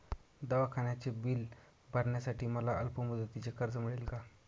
दवाखान्याचे बिल भरण्यासाठी मला अल्पमुदतीचे कर्ज मिळेल का?